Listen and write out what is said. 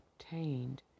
obtained